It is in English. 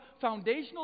foundational